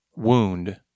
wound